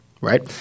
right